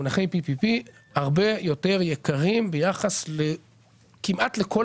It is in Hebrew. מונחי PPP הרבה יותר יקרים ביחס כמעט לכל